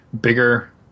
bigger